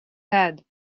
head